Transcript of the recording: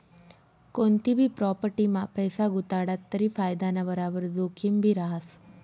कोनतीभी प्राॅपटीमा पैसा गुताडात तरी फायदाना बराबर जोखिमभी रहास